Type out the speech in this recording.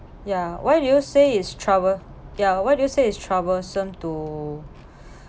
ya why do you say is trouble ya why do you say is troublesome to